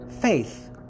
faith